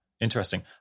interesting